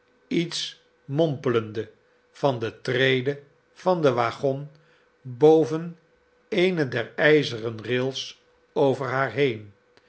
iets mompelende van de trede van den waggon boven eene der ijzeren rails over haar henen